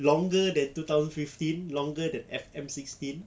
longer than two thousand fifteen longer than F_M sixteen